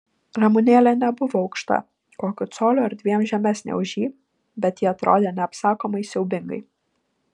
ramunėlė nebuvo aukšta kokiu coliu ar dviem žemesnė už jį bet ji atrodė neapsakomai siaubingai